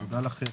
תודה רבה,